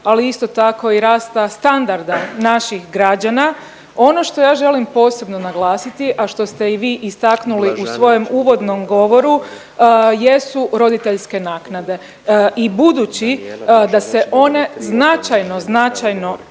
ali isto tako i rasta standarda naših građana. Ono što ja želim posebno naglasiti, a što ste i vi istaknuli u svojem uvodnom govoru jesu roditeljske naknade. I budući da se one značajno, značajno